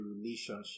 relationship